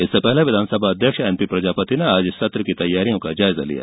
इससे पहले विधानसभा अध्यक्ष एनपी प्रजापति ने आज सत्र की तैयारियों का जायजा लिया